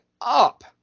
up